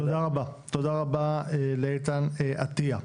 תודה רבה לאיתן אטיה.